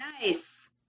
Nice